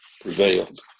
prevailed